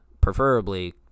Preferably